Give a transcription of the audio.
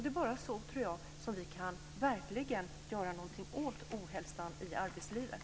Det är bara så som vi verkligen kan göra någonting åt ohälsan i arbetslivet.